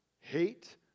hate